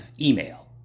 email